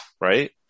Right